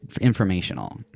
informational